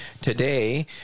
today